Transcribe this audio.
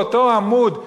באותו עמוד,